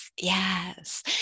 yes